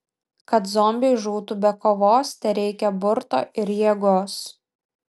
kad zombiai žūtų be kovos tereikia burto ir jėgos